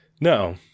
No